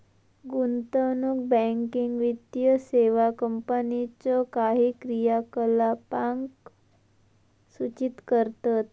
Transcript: गुंतवणूक बँकिंग वित्तीय सेवा कंपनीच्यो काही क्रियाकलापांक सूचित करतत